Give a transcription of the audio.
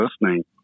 listening